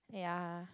yea